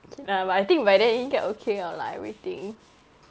okay lah but I think by then 应该 okay liao lah everything